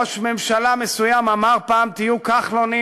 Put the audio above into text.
ראש ממשלה מסוים אמר פעם: תהיו כחלונים,